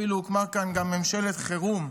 אפילו הוקמה כאן גם ממשלת חירום.